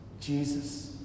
Jesus